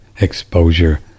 exposure